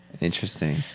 Interesting